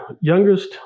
youngest